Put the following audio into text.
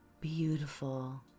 beautiful